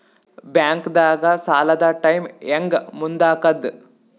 ಬ್ಯಾಂಕ್ದಾಗ ಸಾಲದ ಟೈಮ್ ಹೆಂಗ್ ಮುಂದಾಕದ್?